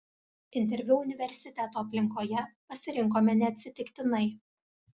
interviu universiteto aplinkoje pasirinkome neatsitiktinai